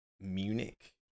Munich